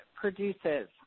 produces